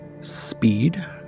speed